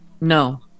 No